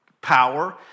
power